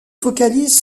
focalise